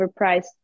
overpriced